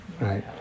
right